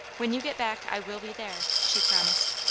when you get back i will be there, she promised.